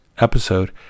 episode